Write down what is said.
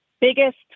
biggest